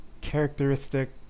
characteristic